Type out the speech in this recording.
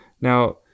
Now